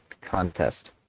contest